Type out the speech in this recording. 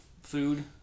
food